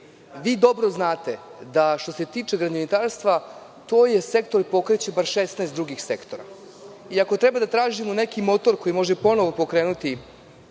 vi dobro znate da što se tiče gradinarstva, to je sektor koji pokreće bar 16 drugih sektora i ako treba da tražimo neki motor koji može ponovo pokrenuti